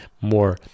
more